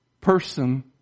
person